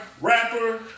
Rapper